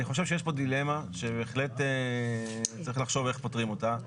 אני חושב שיש פה דילמה שבהחלט צריך לחשוב איך פותרים אותה.